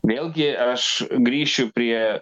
vėlgi aš grįšiu prie